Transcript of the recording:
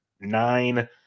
nine